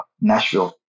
Nashville